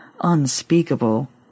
unspeakable